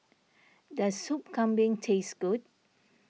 does Sup Kambing taste good